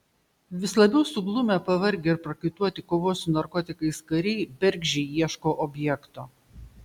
vis labiau suglumę pavargę ir prakaituoti kovos su narkotikais kariai bergždžiai ieško objekto